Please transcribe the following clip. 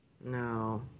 No